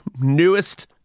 newest